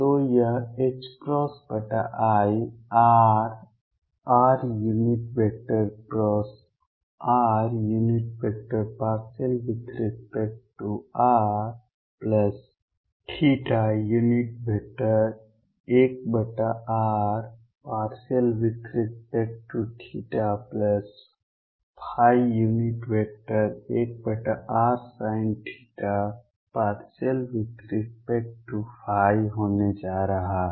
तो यह i rrr∂r1r∂θ1rsinθ∂ϕ होने जा रहा है